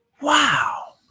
Wow